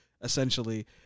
essentially